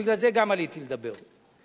שגם בגללו עליתי לדבר.